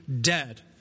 dead